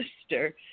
sister